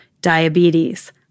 diabetes